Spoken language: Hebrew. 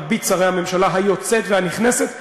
וגם מרבית שרי הממשלה היוצאת והנכנסת,